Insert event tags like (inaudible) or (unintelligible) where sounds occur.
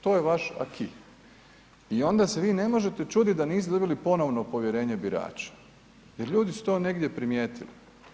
To je vaš ... (unintelligible) I onda se vi ne možete čuditi da niste dobili ponovno povjerenje birača, jer ljudi su to negdje primijetili.